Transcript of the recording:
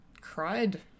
cried